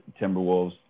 Timberwolves